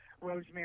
Rosemary